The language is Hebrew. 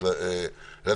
הייתי רוצה מאוד,